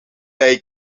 bij